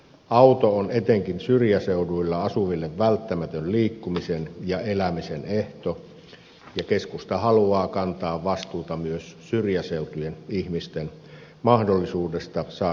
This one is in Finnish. auto on etenkin syrjäseuduilla asuville välttämätön liikkumisen ja elämisen ehto ja keskusta haluaa kantaa vastuuta myös syrjäseutujen ihmisten mahdollisuudesta saada palveluja